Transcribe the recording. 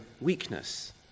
weakness